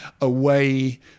away